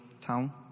town